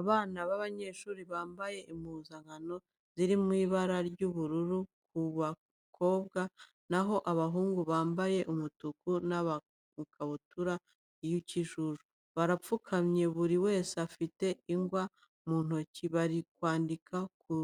Abana b'abanyeshuri bambaye impuzankano ziri mu ibara ry'ubururu ku bakobwa, na ho abahungu bambaye umutuku n'amakabutura y'ikijuju. Barapfukamye buri wese afite ingwa mu ntoki bari kwandika ku